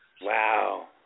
Wow